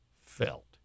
felt